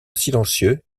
silencieux